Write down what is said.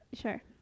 Sure